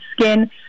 skin